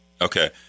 Okay